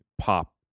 pop